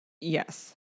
Yes